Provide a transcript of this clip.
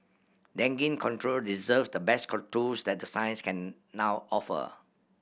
dengue control deserves the best tools that the science can now offer